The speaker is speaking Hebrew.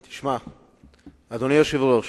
תשמע, אדוני היושב-ראש,